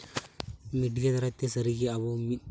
media ᱫᱟᱨᱟᱭᱛᱮ ᱥᱟᱹᱨᱤᱜᱮ ᱟᱵᱚ ᱢᱤᱫ